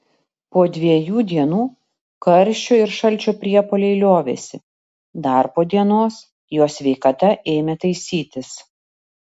po dviejų dienų karščio ir šalčio priepuoliai liovėsi dar po dienos jo sveikata ėmė taisytis